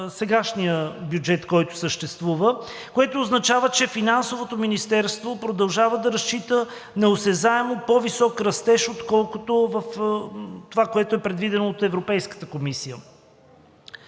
сегашния бюджет, който съществува, което означава, че Финансовото министерство продължава да разчита на осезаемо по-висок растеж, отколкото на това, което е предвидено от Европейската комисия.